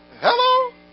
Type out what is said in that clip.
Hello